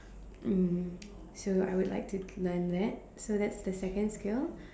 um so I would like to to learn that so that's the second skill